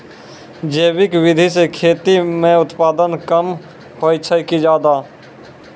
जैविक विधि से खेती म उत्पादन कम होय छै कि ज्यादा?